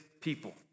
people